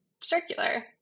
circular